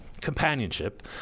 companionship